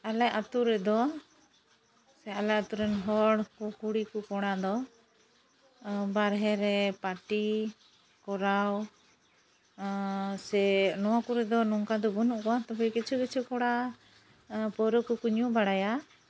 ᱟᱞᱮ ᱟᱹᱛᱩ ᱨᱮᱫᱚ ᱥᱮ ᱟᱞᱮ ᱟᱹᱛᱩ ᱨᱮᱱ ᱦᱚᱲ ᱠᱚ ᱠᱩᱲᱤ ᱠᱚ ᱠᱚᱲᱟ ᱫᱚ ᱵᱟᱨᱦᱮ ᱨᱮ ᱯᱟᱹᱴᱤ ᱠᱚᱨᱟᱣ ᱥᱮ ᱱᱚᱣᱟ ᱠᱚᱨᱮ ᱫᱚ ᱱᱚᱝᱠᱟ ᱫᱚ ᱵᱟᱹᱱᱩᱜ ᱠᱚᱣᱟ ᱛᱚᱵᱮ ᱠᱤᱪᱷᱩ ᱠᱤᱪᱷᱩ ᱠᱚᱲᱟ ᱯᱟᱹᱣᱨᱟᱹ ᱠᱚᱠᱚ ᱧᱩ ᱵᱟᱲᱟᱭᱟ